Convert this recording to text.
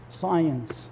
Science